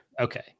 Okay